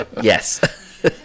Yes